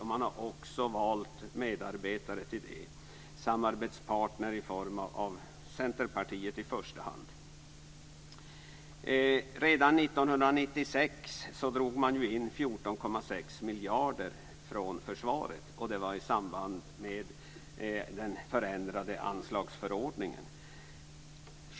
Man har också valt medarbetare till det - samarbetspartner i form av Centerpartiet i första hand. Redan 1996 drog man in 14,6 miljarder från försvaret. Det var i samband med den förändrade anslagsförordningen.